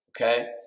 okay